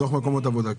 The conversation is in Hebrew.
לאומי.